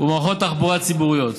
ומערכות תחבורה ציבוריות.